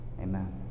Amen